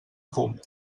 fum